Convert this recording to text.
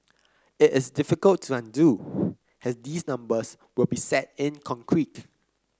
it is difficult to undo has these numbers will be set in concrete